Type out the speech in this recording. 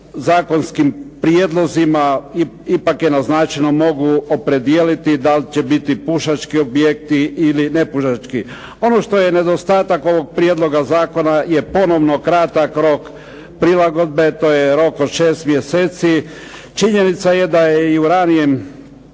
zakonskim prijedlozima, ipak je naznačeno, mogu opredijeliti da li će biti pušački objekti ili nepušački. Ono što je nedostatak ovog prijedloga zakona, je ponovno kratak prilagodbe, to je rok od 6 mjeseci. Činjenica je da je i u ranijem